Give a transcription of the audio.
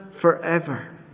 forever